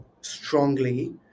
strongly